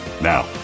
Now